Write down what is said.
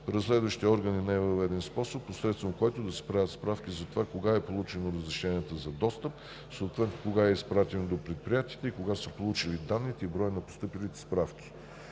разследващите органи не е въведен способ, посредством който да се правят справки за това кога е получено разрешението за достъп до данни, съответно кога то е изпратено до предприятието, кога са получени данните и броя на постъпилите справки.